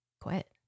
quit